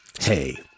Hey